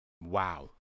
Wow